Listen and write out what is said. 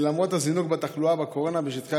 למרות הזינוק בתחלואה בקורונה בשטחי